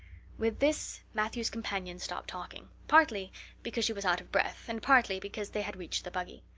with this matthew's companion stopped talking, partly because she was out of breath and partly because they had reached the buggy.